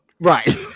Right